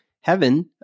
heaven